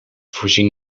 voorzien